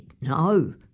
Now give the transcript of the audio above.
no